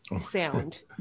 sound